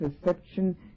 perception